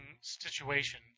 situation